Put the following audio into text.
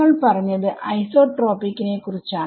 നിങ്ങൾ പറഞ്ഞത് ഐസൊട്രോപിക് നെ കുറിച്ചാണ്